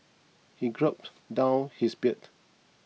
he gulped down his beer